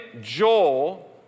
Joel